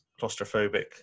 claustrophobic